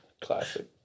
Classic